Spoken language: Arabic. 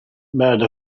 بعد